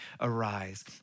arise